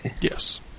Yes